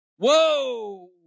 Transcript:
Whoa